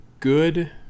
good